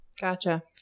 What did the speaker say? gotcha